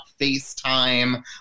FaceTime